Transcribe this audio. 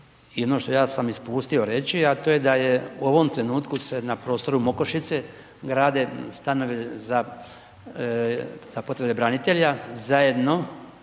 jedno što ja sam ispustio reći, a to je da je u ovom trenutku se na prostoru Mokošice grade stanovi za potrebe branitelja zajedno